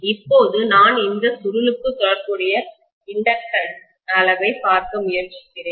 இப்போது நான் அந்த சுருளுக்கு தொடர்புடைய இண்டக்டன்ஸ் தூண்டல் அளவை பார்க்க முயற்சிக்கிறேன்